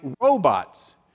robots